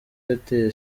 yateye